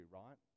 right